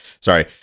sorry